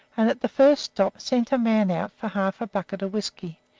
and at the first stop sent a man out for half a bucket of whisky,